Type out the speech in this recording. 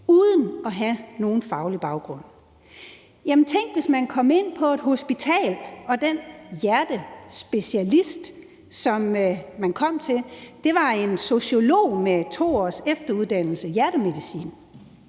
uden at have nogen faglig baggrund. Jamen tænk, hvis man kom ind på et hospital og den hjertespecialist, som man kom til, var en sociolog med 2 års efteruddannelse i hjertemedicin.